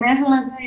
מעבר לזה,